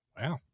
Wow